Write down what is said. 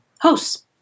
hosts